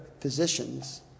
physicians